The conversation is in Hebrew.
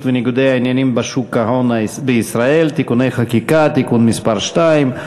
וניגודי העניינים בשוק ההון בישראל (תיקוני חקיקה) (תיקון מס' 2),